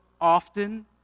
often